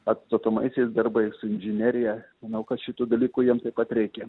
atstatomaisiais dirbais su inžinerija manau kad šitų dalykų jiem taip pat reikia